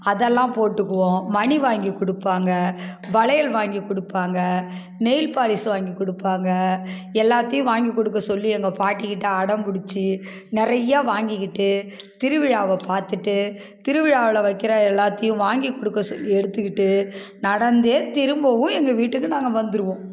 அதெல்லாம் போட்டுக்குவோம் மணி வாங்கி கொடுப்பாங்க வளையல் வாங்கி கொடுப்பாங்க நெயில் பாலிஷ் வாங்கி கொடுப்பாங்க எல்லாத்தையும் வாங்கி கொடுக்க சொல்லி எங்கள் பாட்டிகிட்ட அடம்புடிச்சி நிறையா வாங்கிக்கிட்டு திருவிழாவை பார்த்துட்டு திருவிழாவில் வைக்கிற எல்லாத்தையும் வாங்கி கொடுக்க சொல்லி எடுத்துக்கிட்டு நடந்து திரும்பவும் எங்கள் வீட்டுக்கு நாங்கள் வந்துடுவோம்